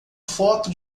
foto